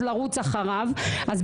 הוא הולך לנו על הראש.